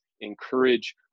encourage